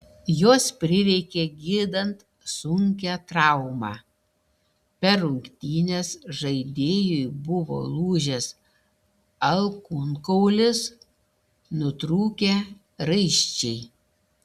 jos prireikė gydant sunkią traumą per rungtynes žaidėjui buvo lūžęs alkūnkaulis nutrūkę raiščiai